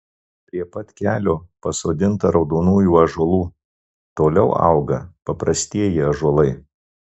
prie pat kelio pasodinta raudonųjų ąžuolų toliau auga paprastieji ąžuolai